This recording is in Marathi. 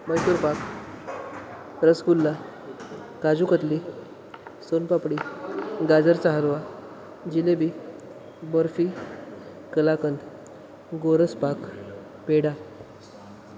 मैसूरपाक रसगुल्ला काजूकतली सोनपापडी गाजरचा हरवा जिलेबी बर्फी कलाकंद गोरसपाक पेढा